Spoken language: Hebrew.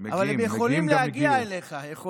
אבל הם יכולים להגיע אליך, מגיעים.